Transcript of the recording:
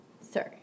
sorry